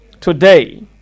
today